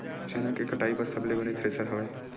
चना के कटाई बर सबले बने थ्रेसर हवय?